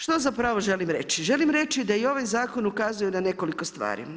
Što zapravo želim reći? želim reći da i ovaj zakon ukazuje na nekoliko stvari.